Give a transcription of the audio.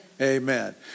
Amen